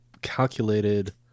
calculated